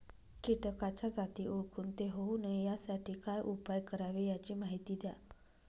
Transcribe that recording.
किटकाच्या जाती ओळखून ते होऊ नये यासाठी काय उपाय करावे याची माहिती द्या